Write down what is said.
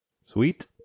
Sweet